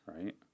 Right